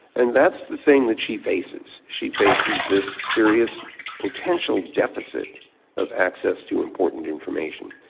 and that's the thing that she faces. she faces this serious potential deficit of access to important information.